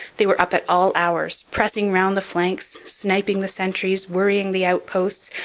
they were up at all hours, pressing round the flanks, sniping the sentries, worrying the outposts,